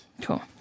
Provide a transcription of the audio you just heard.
Cool